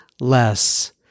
less